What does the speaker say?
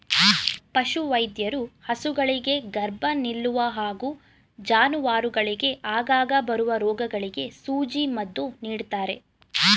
ಪಶುವೈದ್ಯರು ಹಸುಗಳಿಗೆ ಗರ್ಭ ನಿಲ್ಲುವ ಹಾಗೂ ಜಾನುವಾರುಗಳಿಗೆ ಆಗಾಗ ಬರುವ ರೋಗಗಳಿಗೆ ಸೂಜಿ ಮದ್ದು ನೀಡ್ತಾರೆ